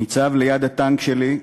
ניצב ליד הטנק שלי,